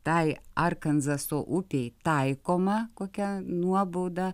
tai arkanzaso upei taikoma kokia nuobauda